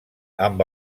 amb